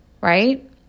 right